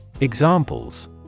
Examples